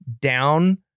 down